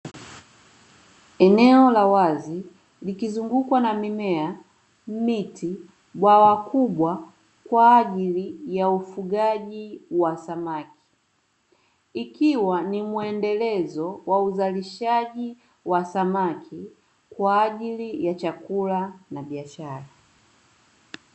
Eneo la wazi likizungukwa na mimea, miti, bwawa kubwa kwa ajili ya ufugaji wa samaki ikiwa ni muendelezo wa uzalishaji wa samaki, kwa ajili ya chakula na biashara.